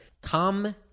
Come